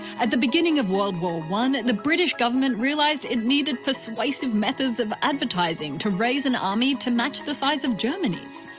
at the beginning of world war one, the british government realised it needed persuasive methods of advertising to raise an army to match the size of germany's.